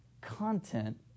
content